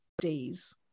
days